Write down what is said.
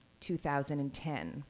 2010